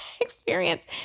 experience